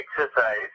exercise